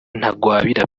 ntagwabira